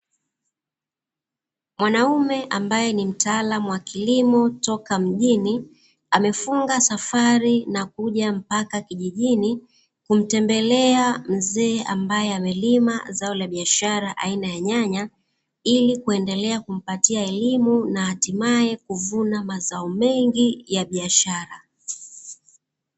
Mwanaume ambaye ni mtaalamu wa kilimo toka mjini, amefunga safari mpaka kijijini, kumtembelea mzee ambaye amelima zao la biashara aina ya nyanya, ili kuendelea kumpatia elimu na hatimaye kuvuna mazao mengi ya biashara.